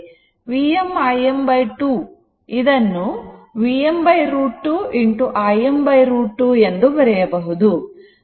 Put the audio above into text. Vm Im 2 ಇದನ್ನು Vm √ 2 Im √ 2 ಎಂದು ಬರೆಯಬಹುದು